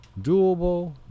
doable